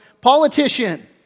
Politician